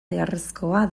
beharrezkoa